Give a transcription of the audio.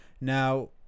Now